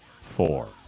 Four